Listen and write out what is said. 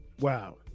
Wow